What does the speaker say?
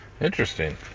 Interesting